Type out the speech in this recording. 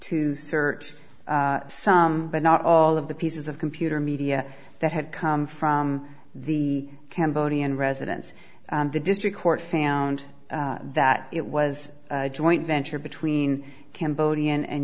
to search some but not all of the pieces of computer media that had come from the cambodian residents the district court found that it was a joint venture between cambodian and